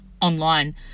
online